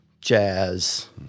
jazz